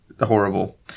Horrible